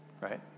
Right